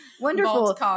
wonderful